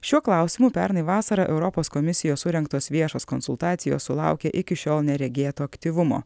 šiuo klausimu pernai vasarą europos komisijos surengtos viešos konsultacijos sulaukė iki šiol neregėto aktyvumo